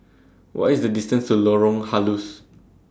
What IS The distance to Lorong Halus